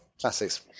Classics